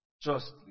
justly